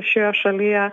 šioje šalyje